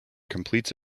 completes